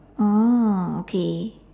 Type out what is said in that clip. oh okay